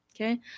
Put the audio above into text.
Okay